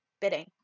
bidding